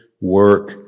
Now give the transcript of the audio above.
work